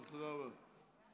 תודה רבה.